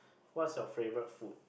what's your favourite food